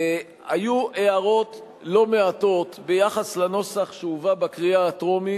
היו הערות לא מעטות על הנוסח שהובא לקריאה הטרומית,